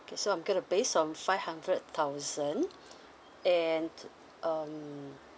K so I'm going to base on five hundred thousand and um